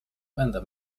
będę